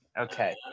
Okay